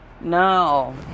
no